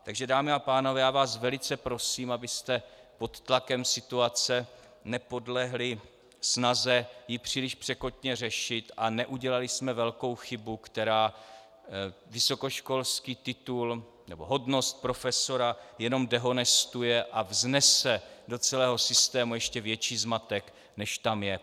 Takže dámy a pánové, já vás velice prosím, abyste pod tlakem situace nepodlehli snaze ji příliš překotně řešit a neudělali velkou chybu, která vysokoškolský titul nebo hodnost profesora jenom dehonestuje a vnese do celého systému ještě větší zmatek než tam je.